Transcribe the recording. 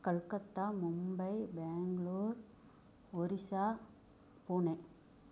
Calcutta Mumbai Bangalore Orissa Pune